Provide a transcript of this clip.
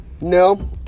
No